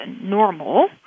normal